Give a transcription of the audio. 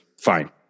Fine